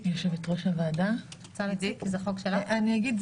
אני אגיד.